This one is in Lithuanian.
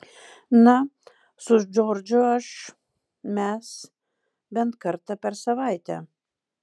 na su džordžu aš mes bent kartą per savaitę